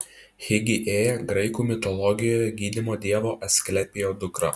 higiėja graikų mitologijoje gydymo dievo asklepijo dukra